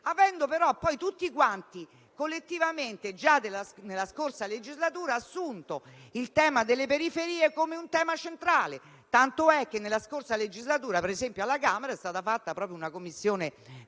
avendo però, poi, tutti quanti collettivamente, già nella scorsa legislatura, assunto il tema delle periferie come un tema centrale. Infatti, nella scorsa legislatura alla Camera è stata svolta proprio una indagine